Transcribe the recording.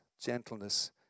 gentleness